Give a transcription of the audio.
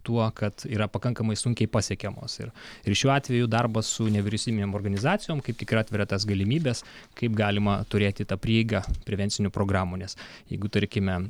tuo kad yra pakankamai sunkiai pasiekiamos ir ir šiuo atveju darbas su nevyriausybinėm organizacijom kaip tik ir atveria tas galimybes kaip galima turėti tą prieigą prevencinių programų nes jeigu tarkime